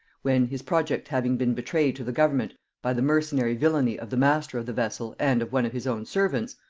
when, his project having been betrayed to the government by the mercenary villany of the master of the vessel and of one of his own servants,